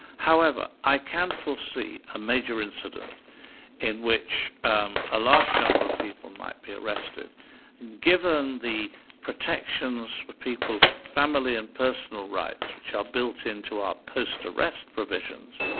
however, i can foresee a major incident in which um a large number of people might be arrested given the protections for people's family and personal rights, which are built in to our post-arrest provisions,